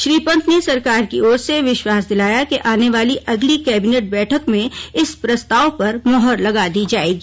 श्री पंत ने सरकार की ओर से विश्वास दिलाया कि आने वाली अगली कैबिनेट बैठक में इस प्रस्ताव पर मुहर लगा दी जाएगी